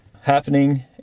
happening